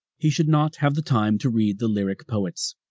he should not have the time to read the lyric poets.